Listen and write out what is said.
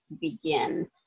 begin